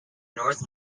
north